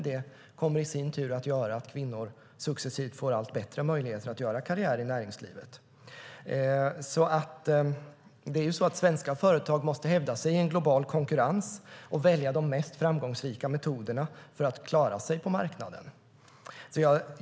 Det kommer i sin tur att göra att kvinnor successivt får allt bättre möjlighet att göra karriär i näringslivet. Svenska företag måste hävda sig i en global konkurrens och välja de mest framgångsrika metoderna för att klara sig på marknaden.